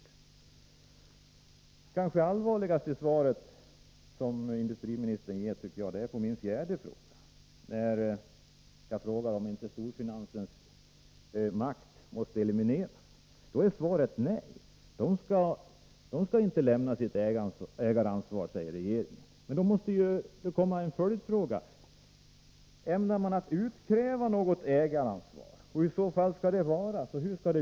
Det kanske allvarligaste i industriministerns svar är det som han säger med anledning av min fjärde fråga, som gäller om inte'storfinansens makt måste elimineras. Det svar som lämnas är: Nej, den skall inte lämna sitt ägaransvar. En följdfråga måste då bli: Ämnar man utkräva något ägaransvar, och i så fall hur?